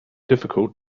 difficult